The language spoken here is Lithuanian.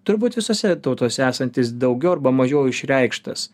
turbūt visose tautose esantis daugiau arba mažiau išreikštas